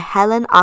Helen